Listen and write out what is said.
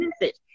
message